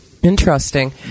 Interesting